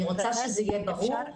אני רוצה שזה יהיה ברור.